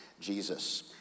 Jesus